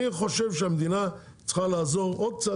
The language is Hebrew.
אני חושב שהמדינה צריכה לעזור עוד קצת,